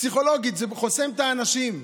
פסיכולוגית זה חוסם את האנשים,